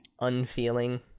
unfeeling